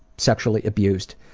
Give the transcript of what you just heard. sexually abused